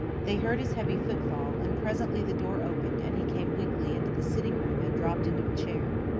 they heard his heavy footfall, and presently the door opened and he came weakly into the sitting-room and dropped into a chair.